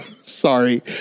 Sorry